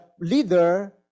leader